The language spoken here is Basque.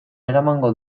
eramango